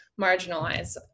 marginalize